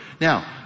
Now